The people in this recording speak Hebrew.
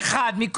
לשמחתי אני אומר,